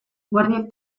guardiek